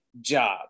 job